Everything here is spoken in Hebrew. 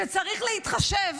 שצריך להתחשב